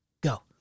Go